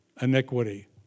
iniquity